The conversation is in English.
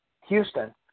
Houston